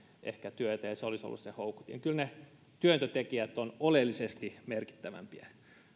ehkä työtä ja että se olisi ollut se houkutin kyllä ne työntötekijät ovat oleellisesti merkittävämpiä